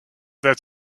that